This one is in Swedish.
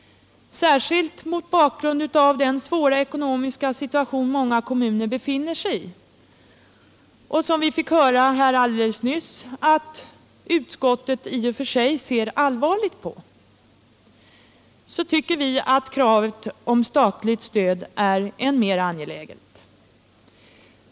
Särskilt mot bakgrund av den svåra ekonomiska situation som många kommuner befinner sig i — och som vi alldeles nyss fick höra att utskottet i och för sig ser allvarligt på — tycker vi att kravet på statligt stöd är än mera angeläget.